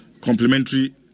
Complementary